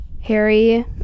harry